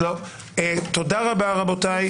תודה רבה רבותיי.